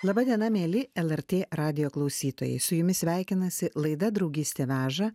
laba diena mieli lrt radijo klausytojai su jumis sveikinasi laida draugystė veža